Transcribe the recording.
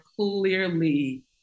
clearly